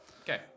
Okay